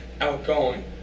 outgoing